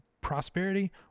prosperity